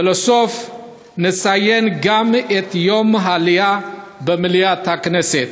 ובסוף נציין את יום העלייה גם במליאת הכנסת.